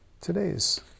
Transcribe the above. today's